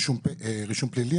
רישום פלילי,